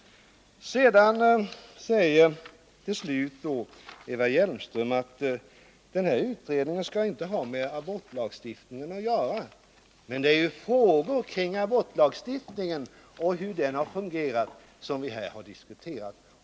Eva Hjelmström säger till slut att utredningen inte skall ha med abortlagstiftningen att göra. Men det är ju frågor kring abortlagstiftningen och hur den har fungerat som vi har diskuterat.